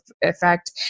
effect